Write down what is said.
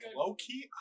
low-key